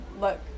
look